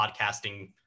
podcasting